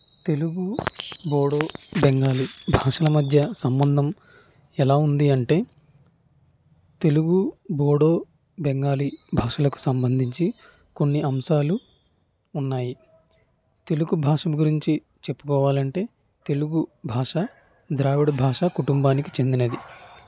తెలుగు బోడో బెంగాలీ భాషల మధ్య సంబంధం ఎలా ఉంది అంటే తెలుగు బోడో బెంగాలీ భాషలకు సంబంధించి కొన్ని అంశాలు ఉన్నాయి తెలుగు భాషను గురించి చెప్పుకోవాలంటే తెలుగు భాష ద్రావిడ భాష కుటుంబానికి చెందినది